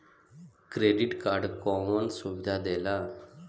Credit card कौन सुबिधा देला?